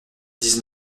dix